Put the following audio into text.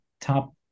top